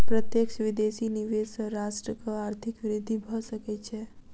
प्रत्यक्ष विदेशी निवेश सॅ राष्ट्रक आर्थिक वृद्धि भ सकै छै